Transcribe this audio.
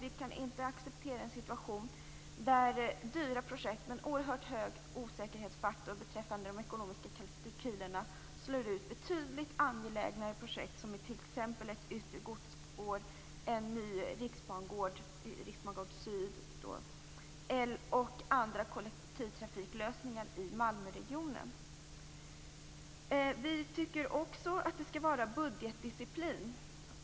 Vi kan inte acceptera en situation där dyra projekt med oerhört stor osäkerhetsfaktor beträffande de ekonomiska kalkylerna slår ut betydligt angelägnare projekt som t.ex. ett yttre godsspår, en ny riksbangård syd och andra kollektivtrafiklösningar i Malmöregionen. Vi tycker också att det skall vara budgetdisciplin.